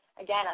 again